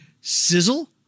sizzle